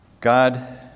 God